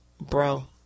bro